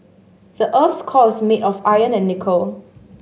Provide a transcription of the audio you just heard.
the earth's core is made of iron and nickel